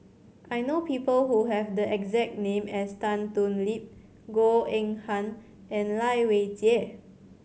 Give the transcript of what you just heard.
I know people who have the exact name as Tan Thoon Lip Goh Eng Han and Lai Weijie